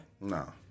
No